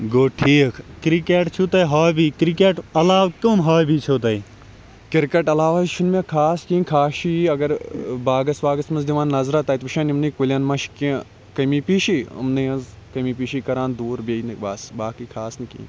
cricket عَلاوٕ حظ چھنہٕ مےٚ خاص کِہیٖنۍ خاص چھُ یی اَگَر باغَس واغَس مَنٛز دِوان نَظرہ تَتہِ وٕچھان یِمنٕے کُلٮ۪ن مہَ چھُ کینٛہہ کمی پیٖشی یمنٕے ہٕنٛز کمی پیٖشی کَران دوٗر بَس باقٕے خاص نہٕ کِہیٖنۍ